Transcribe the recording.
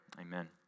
amen